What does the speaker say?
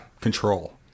Control